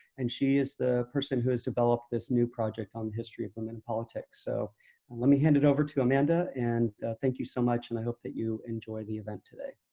and she is the who has developed this new project on the history of women in politics, so let me hand it over to amanda and thank you so much. and i hope that you enjoy the event today.